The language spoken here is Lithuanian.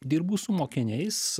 dirbu su mokiniais